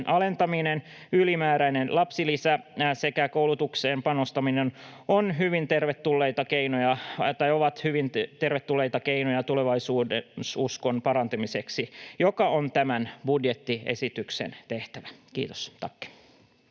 alentaminen, ylimääräinen lapsilisä sekä koulutukseen panostaminen ovat hyvin tervetulleita keinoja tulevaisuudenuskon parantamiseksi, joka on tämän budjettiesityksen tehtävä. — Kiitos,